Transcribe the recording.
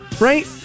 Right